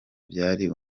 byari